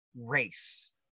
race